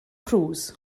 cruise